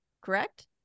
correct